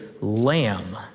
lamb